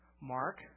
Mark